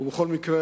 ובכל מקרה,